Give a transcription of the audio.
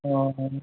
অঁ